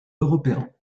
européen